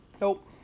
Nope